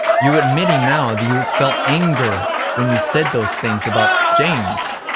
you admitting now that you felt anger when you said those things about james.